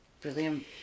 Brilliant